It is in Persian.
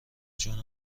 جون